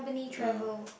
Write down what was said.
ya